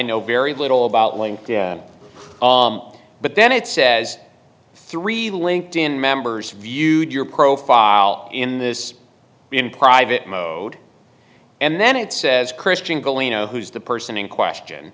know very little about link but then it says three linked in members viewed your profile in this in private mode and then it says christian galina who's the person in question